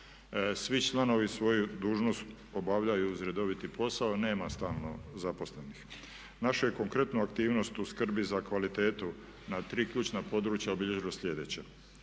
Svi članovi svoju dužnost obavljaju uz redoviti posao, nema stalno zaposlenih. Naša je konkretna aktivnost u skrbi za kvalitetu na tri ključna područja obilježilo sljedeće.